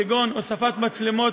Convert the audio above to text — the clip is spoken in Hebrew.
כגון הוספת מצלמות,